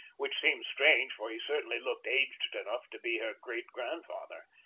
which seemed strange, for he certainly looked aged enough to be her great-grandfather.